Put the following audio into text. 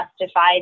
justified